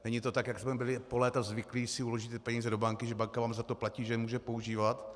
Není to tak, jak jsme byli po léta zvyklí si uložit peníze do banky, že banka vám za to platí, že je může používat.